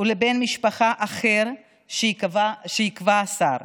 ולבן משפחה אחר שיקבע השר.